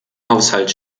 haushalt